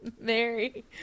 Mary